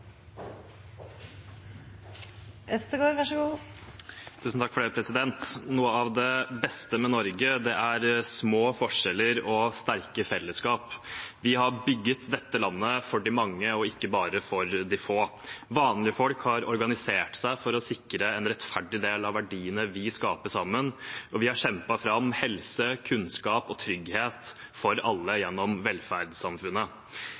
har bygget dette landet for de mange og ikke bare for de få. Vanlige folk har organisert seg for å sikre en rettferdig fordeling av verdiene vi skaper sammen, og vi har kjempet fram helse, kunnskap og trygghet for alle